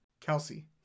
Kelsey